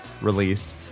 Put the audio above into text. released